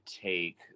take